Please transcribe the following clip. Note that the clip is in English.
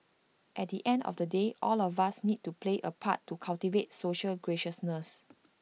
at the end of the day all of us need to play A part to cultivate social graciousness